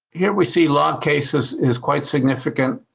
here we see log cases is quite significant,